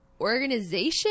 organization